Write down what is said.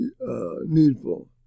needful